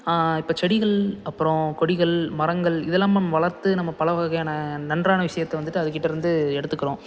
இப்போ செடிகள் அப்புறோம் கொடிகள் மரங்கள் இதெலாம் நம்ம வளர்த்து நம்ம பல வகையான நன்றான விஷயத்த வந்துட்டு அதுகிட்டருந்து எடுத்துக்கிறோம்